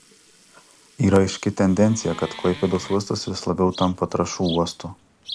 yra aiški tendencija kad klaipėdos uostas vis labiau tampa trąšų uostu